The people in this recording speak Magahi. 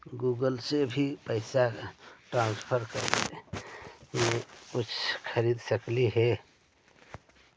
गूगल से भी पैसा ट्रांसफर कर के कुछ खरिद सकलिऐ हे?